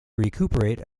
recuperate